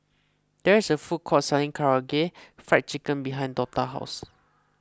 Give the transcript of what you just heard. there is a food court selling Karaage Fried Chicken behind Dortha's house